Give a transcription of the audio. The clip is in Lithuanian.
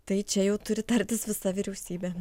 tai čia jau turi tartis visa vyriausybė